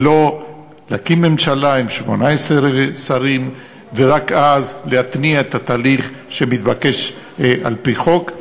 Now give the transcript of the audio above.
ולא להקים ממשלה עם 18 שרים ורק אז להתניע את התהליך שמתבקש על-פי חוק.